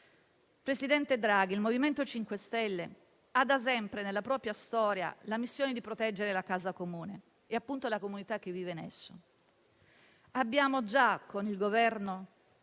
presidente Draghi, il MoVimento 5 Stelle ha da sempre, nella propria storia, la missione di proteggere la casa comune e la comunità che vive in essa. Con il Governo